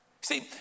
See